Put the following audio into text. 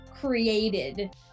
created